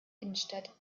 innenstadt